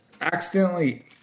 accidentally